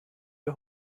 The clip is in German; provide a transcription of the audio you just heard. wir